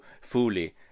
fully